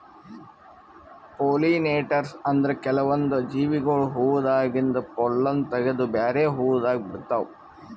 pollinators ಅಂದ್ರ ಕೆಲ್ವನ್ದ್ ಜೀವಿಗೊಳ್ ಹೂವಾದಾಗಿಂದ್ ಪೊಲ್ಲನ್ ತಗದು ಬ್ಯಾರೆ ಹೂವಾದಾಗ ಬಿಡ್ತಾವ್